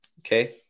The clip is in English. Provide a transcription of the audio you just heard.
Okay